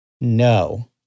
No